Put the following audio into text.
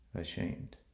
ashamed